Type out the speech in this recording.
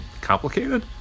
complicated